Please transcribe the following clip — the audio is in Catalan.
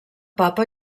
papa